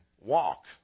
walk